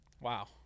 Wow